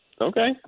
Okay